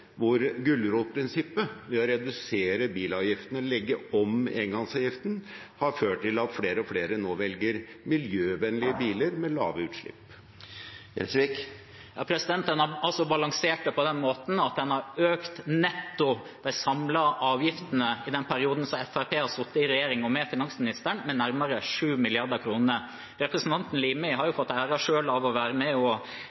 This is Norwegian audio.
hvor gulrotprinsippet, ved å redusere bilavgiftene og legge om engangsavgiften, har ført til at flere og flere nå velger miljøvennlige biler med lave utslipp. En har balansert det på den måten at en har økt de samlede avgiftene i den perioden som Fremskrittspartiet har sittet i regjering og hatt finansministeren, med nærmere 7 mrd. kr netto. Representanten Limi har